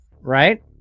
Right